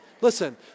Listen